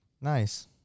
Nice